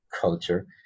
culture